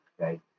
okay